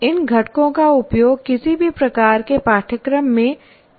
इन घटकों का उपयोग किसी भी प्रकार के पाठ्यक्रम में किया जा सकता है